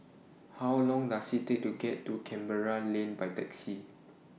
How Long Does IT Take to get to Canberra Lane By Taxi